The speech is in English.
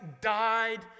died